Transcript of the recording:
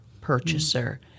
purchaser